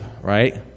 right